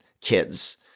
kids